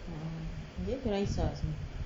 ah ah dia dengan raisya seh